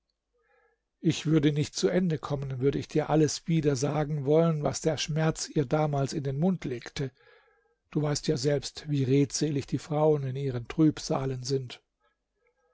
ich würde nicht zu ende kommen wenn ich dir alles wieder sagen wollte was der schmerz ihr damals in den mund legte du weißt ja selbst wie redselig die frauen in ihren trübsalen sind